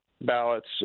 ballots